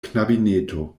knabineto